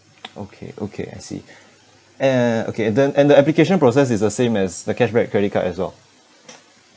okay okay I see uh okay then and the application process is the same as the cashback credit card as well